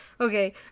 Okay